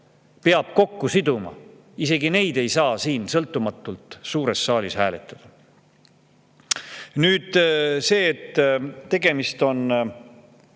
peab kokku siduma! Isegi neid ei saa siin sõltumatult suures saalis hääletada! Nüüd see, et tegemist on